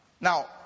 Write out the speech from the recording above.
Now